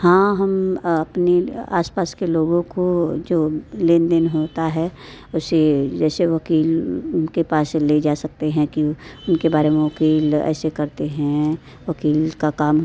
हाँ हम अपने आस पास के लोगों को जो लेन देन होता है उसे जैसे वकील उनके पास ले जा सकते हैं कि उनके बारे में वकील ऐसे करते हैं वकील का काम